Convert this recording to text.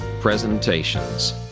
presentations